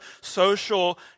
social